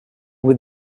with